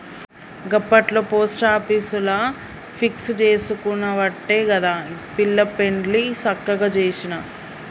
గప్పట్ల పోస్టాపీసుల ఫిక్స్ జేసుకునవట్టే గదా పిల్ల పెండ్లి సక్కగ జేసిన